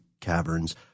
caverns